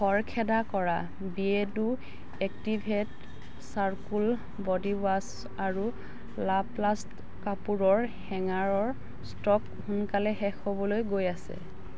খৰখেদা কৰা বিয়েৰ্ডো এক্টিভেট চাৰ্কো'ল ব'ডিৱাছ আৰু লাপ্লাষ্ট কাপোৰৰ হেঙাৰৰ ষ্ট'ক সোনকালে শেষ হ'বলৈ গৈ আছে